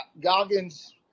Goggins